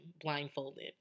blindfolded